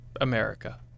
America